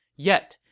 yet,